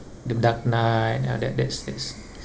the dark knight uh that that's that's